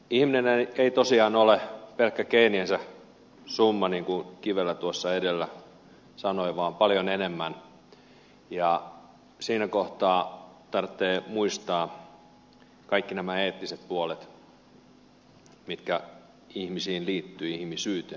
ihminen ei tosiaan ole pelkkä geeniensä summa niin kuin kivelä tuossa edellä sanoi vaan paljon enemmän ja siinä kohtaa tarvitsee muistaa kaikki nämä eettiset puolet mitkä ihmisiin liittyvät ihmisyyteen liittyvät